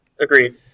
Agreed